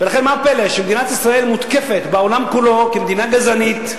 ולכן מה הפלא שמדינת ישראל מותקפת בעולם כולו כמדינה גזענית,